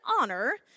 honor